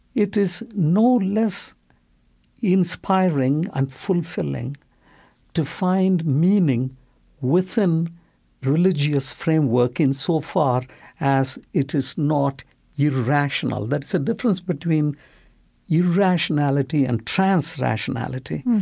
it is no less inspiring and fulfilling to find meaning within religious framework insofar as it is not irrational. there's a difference between irrationality and transrationality,